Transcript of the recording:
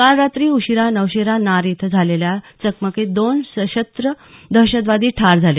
काल रात्री उशिरा नौशेरा नार इथं झालेल्या चकमकीत दोन सशस्त्र दहशतवादी ठार झाले